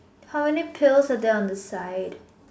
how many pillows are there on the side